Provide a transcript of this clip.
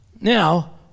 Now